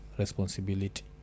responsibility